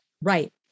right